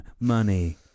money